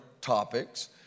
topics